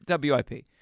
WIP